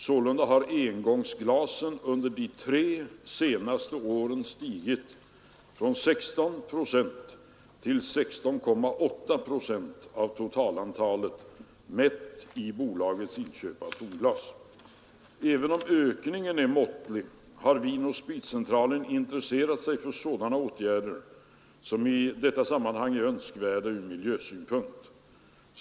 Sålunda har engångsglasen under de tre senaste åren stigit från 16,0 till 16,8 procent av totalantalet, mätt i bolagets inköp av tomglas. Även om ökningen är måttlig, har Vin & spritcentralen intresserat sig för sådana åtgärder som i detta sammanhang är önskvärda från miljösynpunkt.